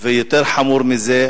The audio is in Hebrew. ויותר חמור מזה,